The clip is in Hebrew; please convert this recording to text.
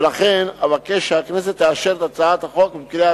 ולכן אבקש כי הכנסת תאשר את הצעת החוק בקריאה